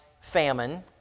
famine